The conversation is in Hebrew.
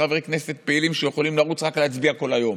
רק לכבות את המיקרופון,